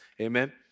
Amen